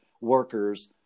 workers